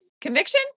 conviction